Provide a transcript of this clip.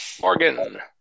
Morgan